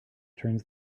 turns